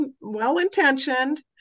well-intentioned